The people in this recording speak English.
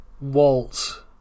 Walt